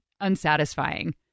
unsatisfying